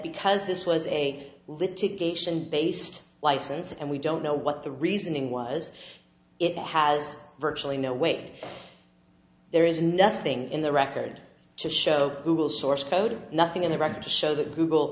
because this was a lift to gates and based license and we don't know what the reasoning was it has virtually no wait there is nothing in the record to show google source code nothing in the record to show that google